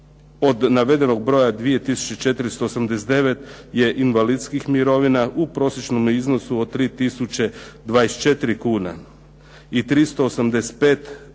Od navedenog broja 2489. je invalidskih mirovina u prosječnome iznosu od 3024 kn i 385 je